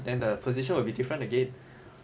then the position would be different again